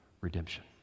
redemption